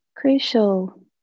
crucial